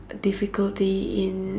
difficulty in